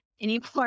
anymore